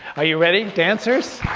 are you ready dancers?